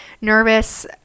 nervous